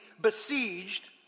besieged